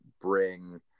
bring